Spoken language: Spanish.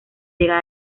llegada